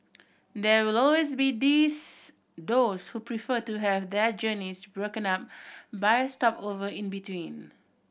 there will always be these those who prefer to have their journeys broken up by a stopover in between